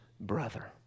brother